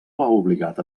obligat